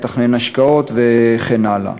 לתכנן השקעות וכן הלאה.